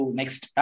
next